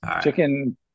Chicken